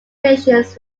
relations